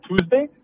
Tuesday